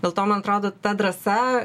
dėl to man atrodo ta drąsa